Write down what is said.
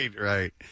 right